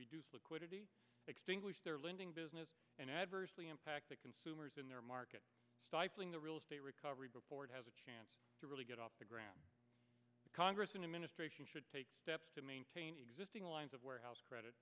reduce liquidity extinguish their lending business and adversely impact the consumers in their market stifling the real estate recovery before it has a chance to really get off the ground congress and administration should take steps to maintain existing lines of warehouse credit